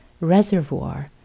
reservoir